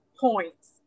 points